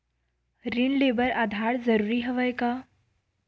ऋण ले बर आधार जरूरी हवय का?